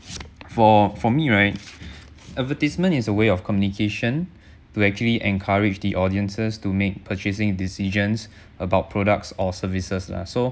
for for me right advertisement is a way of communication to actually encourage the audiences to make purchasing decisions about products or services lah so